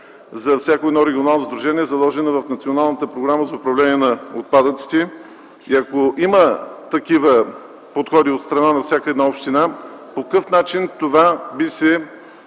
за всяко едно регионално сдружение, заложено в Националната програма за управление на отпадъците. Ако има такива подходи от страна на всяка една община по какъв начин това би се